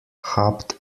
habt